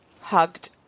hugged